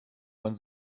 man